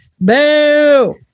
Boo